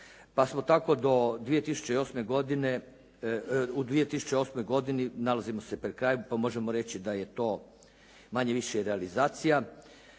pa smo tako do 2008. godine, u 2008. godini nalazimo se pred kraj pa možemo reći da je to manje-više realizacija.